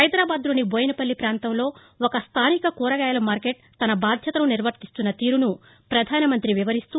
హైదరాబాద్ లోని బోయినపల్లి పాంతంలో ఒక స్టానిక కూరగాయల మార్కెట్ తన బాధ్యతను నిర్వర్తిస్తున్న తీరును ప్రధానమంతి వివరిస్తూ